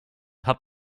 hat